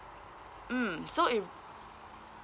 mm so if